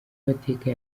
mateka